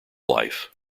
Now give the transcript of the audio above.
life